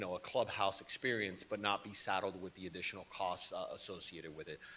so a clubhouse experience but not be saddled with the additional costs associated with it.